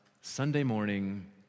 Sunday-morning